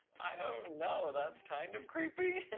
i don't know, that's kind of creepy,